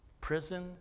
Prison